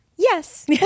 Yes